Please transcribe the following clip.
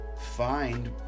find